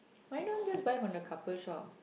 why don't just buy from the couple shop